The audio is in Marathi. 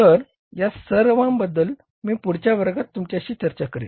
तर या सर्वांबद्दल मी पुढच्या वर्गात तुमच्याशी चर्चा करेन